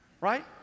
Right